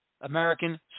American